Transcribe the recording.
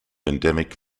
endemic